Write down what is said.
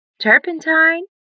Turpentine